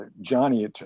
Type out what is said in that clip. Johnny